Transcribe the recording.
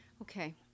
Okay